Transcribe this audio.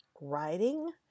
writing